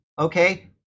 okay